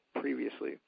previously